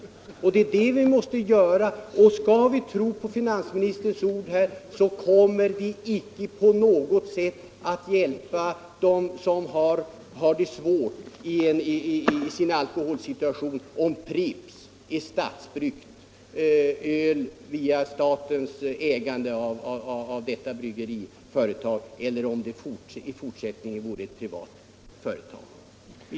Det är det vi måste göra. Och skall vi tro på finansministerns ord kommer vi icke att hjälpa dem som har det svårt i sin alkoholsituation ett dugg om Pripps öl blir statsbryggt genom att staten äger bryggeriföretaget i stället för att det även i fortsättningen skulle vara ett privat företag.